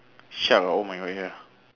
shark ah oh my god